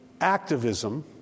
activism